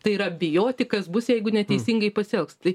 tai yra bijoti kas bus jeigu neteisingai pasielgs tai